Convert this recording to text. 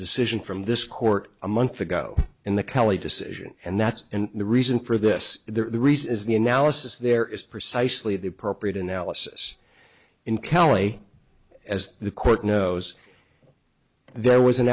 decision from this court a month ago in the kelly decision and that's the reason for this the reason is the analysis there is precisely the appropriate analysis in kelly as the court knows there was an